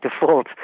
default